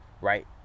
Right